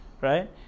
right